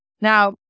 Now